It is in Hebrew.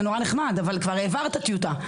זה מאוד נחמד אבל כבר העברת טיוטה,